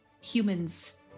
humans